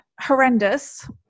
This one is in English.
horrendous